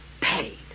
paid